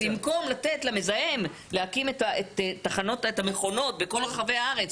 ובמקום לתת למזהם להקים את המכונות בכל רחבי הארץ,